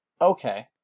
Okay